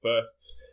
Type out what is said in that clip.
first